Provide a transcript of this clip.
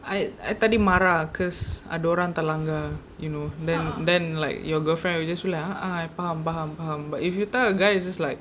I I tadi marah because ada orang terlanggar you know then like your girlfriend will just rely a'ah I faham faham but if you tell a guy is just like